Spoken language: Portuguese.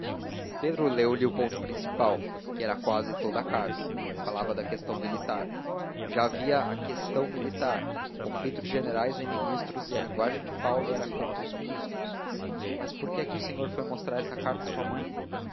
leu lhe o ponto principal que era quase toda a carta falava da questão militar já havia a questão militar um conflito de generais e ministros e a linguagem de paulo era contra os ministros mas por que é que o senhor foi mostrar essa carta a sua mãe